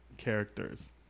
characters